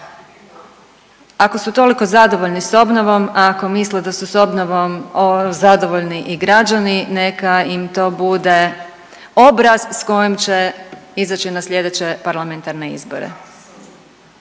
Ako su toliko zadovolji s obnovom, ako misle da su s obnovom zadovoljni i građani neka im to bude obraz s kojim će izaći na slijedeće parlamentarne izbore